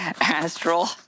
Astral